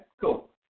cool